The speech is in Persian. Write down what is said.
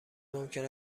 ممکن